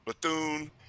Bethune